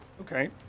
Okay